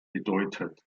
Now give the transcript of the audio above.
bedeutet